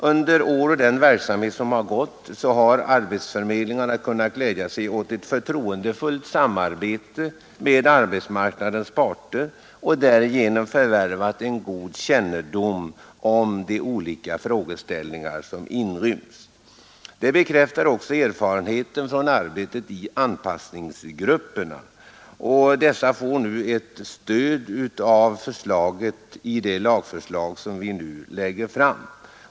Under de år som gått har arbetsförmedlingarna kunnat glädja sig åt ett förtroendefullt samarbete med arbetsmarknadens parter och därigenom förvärvat en god kännedom om de olika frågeställningar som förekommer. Detta bekräftas också av erfarenheterna från arbetet i anpassningsgrupperna. Detta arbete kommer att understödjas av det lagförslag som vi nu lagt fram.